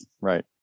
Right